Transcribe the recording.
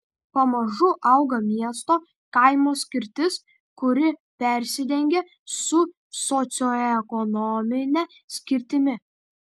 pamažu auga miesto kaimo skirtis kuri persidengia su socioekonomine skirtimi